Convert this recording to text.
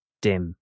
dim